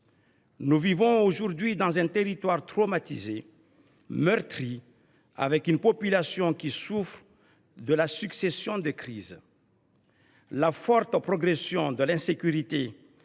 Nous vivons dans un territoire traumatisé, meurtri. La population souffre de la succession des crises : forte progression de l’insécurité,